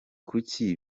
kuki